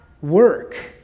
work